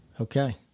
Okay